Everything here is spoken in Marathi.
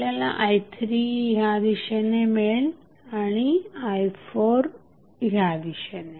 आपल्याला i3 या दिशेने मिळेल आणि i4या दिशेने